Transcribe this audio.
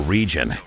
Region